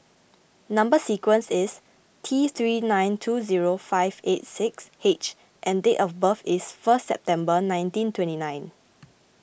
Number Sequence is T three nine two zero five eight six H and date of birth is first September nineteen twenty nine